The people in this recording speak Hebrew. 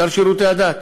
השר לשירותי הדת.